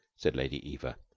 said lady eva.